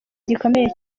gikomeye